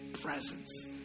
presence